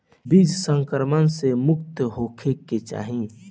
बीज संक्रमण से मुक्त होखे के चाही